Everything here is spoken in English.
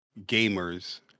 gamers